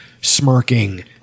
smirking